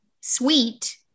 sweet